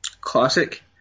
Classic